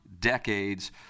decades